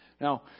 Now